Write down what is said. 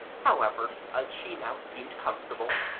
however, as she now seemed comfortable,